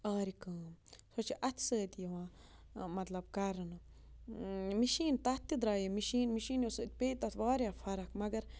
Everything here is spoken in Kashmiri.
آرِ کٲم سۄ چھِ اَتھٕ سۭتۍ یِوان مطلب کَرنہٕ مِشیٖن تَتھ تہِ درٛایے مِشیٖن مِشیٖنو سۭتۍ پیٚیہِ تَتھ واریاہ فرَق مگر